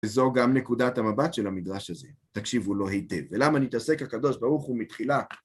וזו גם נקודת המבט של המדרש הזה, תקשיבו לו היטב, ולמה נתעסק הקדוש ברוך הוא ומתחילה.